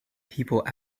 people